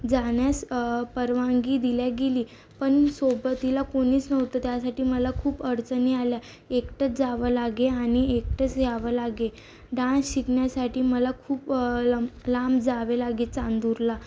जाण्यास परवानगी दिल्या गेली पण सोबतीला कोणीच नव्हतं त्यासाठी मला खूप अडचणी आल्या एकटंच जावं लागे आणि एकटंच यावे लागे डान्स शिकण्यासाठी मला खूप ला लांब जावे लागे चांदूरला